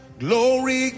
glory